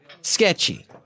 sketchy